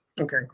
okay